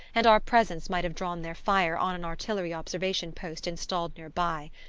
and our presence might have drawn their fire on an artillery observation post installed near by.